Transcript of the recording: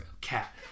Cat